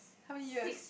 how many years